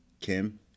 Kim